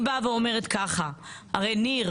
ניר,